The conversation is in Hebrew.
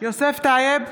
יוסף טייב,